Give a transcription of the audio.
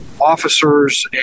officers